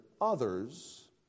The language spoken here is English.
others